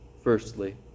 firstly